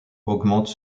augmente